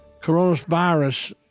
coronavirus